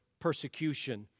persecution